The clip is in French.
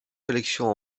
collections